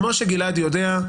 כמו שגלעד יודע,